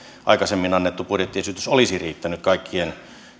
aikaisemmin annettu budjettiesitys olisi riittänyt kaikkien